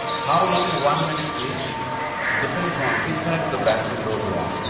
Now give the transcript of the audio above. how long one minute is depends on which side of the bathroom door you are.